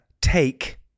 take